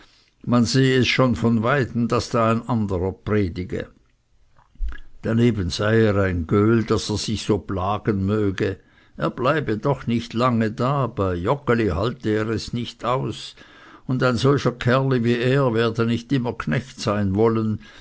man sehe es schon von weitem daß da ein anderer predige daneben sei er ein göhl daß er sich so plagen möge er bleibe doch nicht lange da bei joggeli halte er es nicht aus und ein solcher kerli wie er werde nicht immer knecht sein wollen